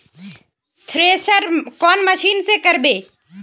Thresher कौन machine से करबे?